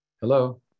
Hello